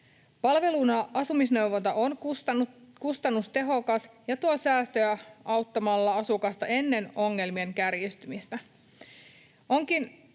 Palveluna asumisneuvonta on kustannustehokas ja tuo säästöjä auttamalla asukasta ennen ongelmien kärjistymistä.